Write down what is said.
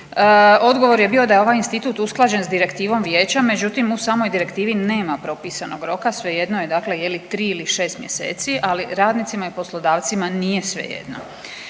odgovor je bio da je ovaj institut usklađen s direktivom Vijeća, međutim u samoj direktivi nema propisanog roka, svejedno je dakle je li 3 ili 6 mjeseci, ali radnicima i poslodavcima nije svejedno.